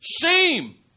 shame